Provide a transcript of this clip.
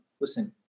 Listen